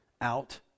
out